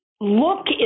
look